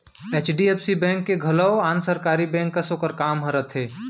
HDFC bank के घलौ आन सरकारी बेंक कस ओकर काम ह रथे